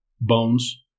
Bones